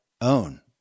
own